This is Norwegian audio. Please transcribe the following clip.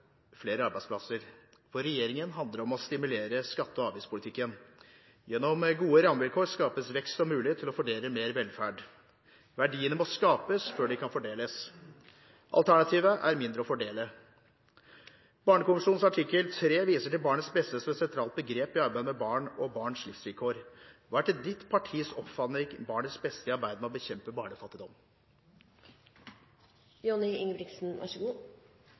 flere arbeidsplasser. For regjeringen handler det om å stimulere skatte- og avgiftspolitikken. Gjennom gode rammevilkår skapes vekst og mulighet til å fordele mer velferd. Verdiene må skapes før de kan fordeles. Alternativet er mindre å fordele. Barnekonvensjonens artikkel 3 viser til barnets beste som et sentralt begrep i arbeidet med barn og barns livsvilkår. Hva er etter ditt partis oppfatning barnets beste i arbeidet med å bekjempe